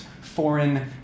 foreign